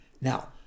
Now